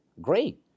great